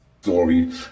story